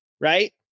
Right